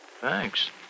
Thanks